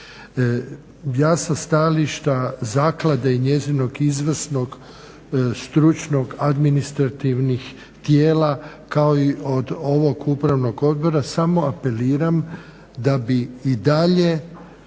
Ja sa stajališta zaklade i njezinog izvršnog, stručnog, administrativnih tijela kao i od ovog upravnog odbora samo apeliram da bi i dalje